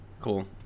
Cool